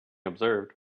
observed